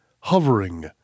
hovering